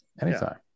anytime